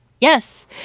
Yes